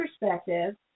perspective